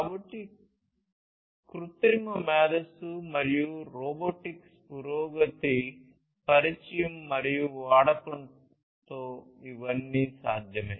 కాబట్టి కృత్రిమ మేధస్సు మరియు రోబోటిక్స్లో పురోగతి పరిచయం మరియు వాడకంతో ఇవన్నీ సాధ్యమే